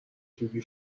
فیبی